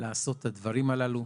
לעשות את הדברים הללו.